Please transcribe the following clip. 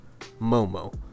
Momo